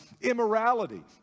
immorality